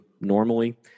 normally